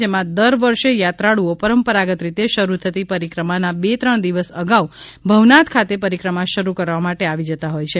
જેમાં દર વર્ષે યાત્રાળુઓ પરંપરાગત રીતે શરૂ થતી પરિક્રમાના બે ત્રણ દિવસ અગાઉ ભવનાથ ખાતે પરિક્રમા શરૂ કરવા માટે આવી જતા હોય છે